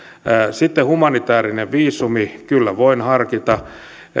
sitten humanitäärinen viisumi kyllä voin sitä harkita